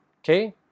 Okay